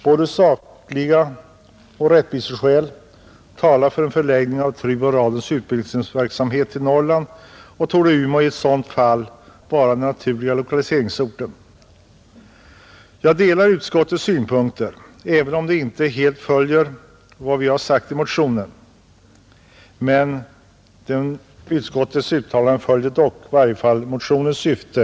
Både sakskäl och rättviseskäl talar för en förläggning av TRU och radions utbildningsverksamhet till Norrland. Umeå torde i ett sådant fall vara den naturliga lokaliseringsorten, Jag delar utskottets uppfattning, även om den inte helt följer vad vi har sagt i motionen, men utskottets uttalande tillgodoser motionens syfte.